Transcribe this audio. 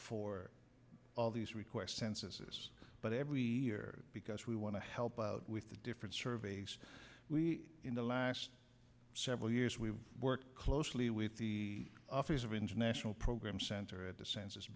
for all these requests census but ever here because we want to help out with the different surveys we in the last several years we've worked closely with the office of international program center at the census